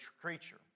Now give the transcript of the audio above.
creature